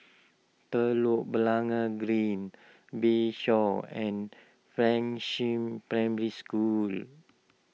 Telok Blangah Green Bayshore and Fengshan Primary School